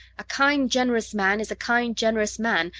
a kind, generous man is a kind generous man,